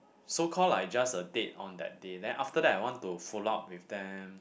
so call like just a date on that day then after that I want to follow up with them